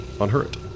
Unhurt